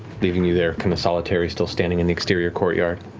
leaving you there kind of solitary, still standing in the exterior courtyard.